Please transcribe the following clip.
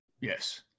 yes